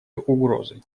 угрозы